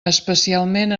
especialment